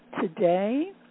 today